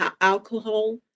alcohol